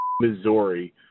Missouri